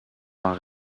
vint